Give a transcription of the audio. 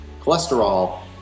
cholesterol